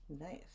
Nice